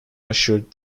ushered